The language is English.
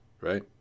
Right